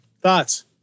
thoughts